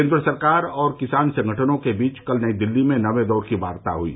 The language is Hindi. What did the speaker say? केंद्र सरकार और किसान संगठनों के बीच कल नई दिल्ली में नौवें दौर की वार्ता हुई